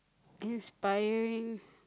inspiring